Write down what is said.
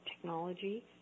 technology